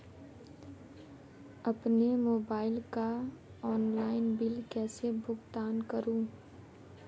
अपने मोबाइल का online bill कैसे भुगतान करूं?